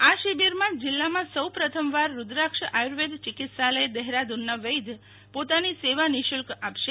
આ શિબિરમાં જીલ્લામાં સૌ પ્રથમવાર રુદ્રાક્ષ આર્યુવેદ ચિકીત્સાલય દહેરાદુનનાં વૈધ પોતાની સેવા નિસુલ્ક આપશે